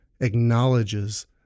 acknowledges